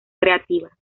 creativa